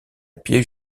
pied